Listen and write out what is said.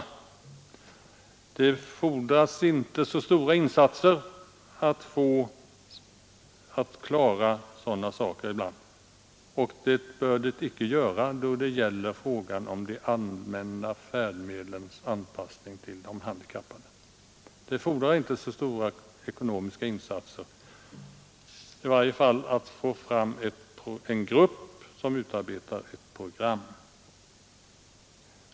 Ibland fordras det inte så stora ekonomiska insatser för att klara sådana saker, och det bör det icke göra i fråga om de allmänna färdmedlens anpassning till de handikappade, i varje fall när det gäller att få fram en grupp som utarbetar ett program.